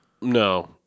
no